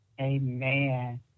Amen